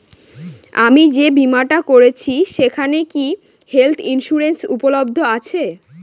আমি যে বীমাটা করছি সেইখানে কি হেল্থ ইন্সুরেন্স উপলব্ধ আছে?